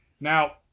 Now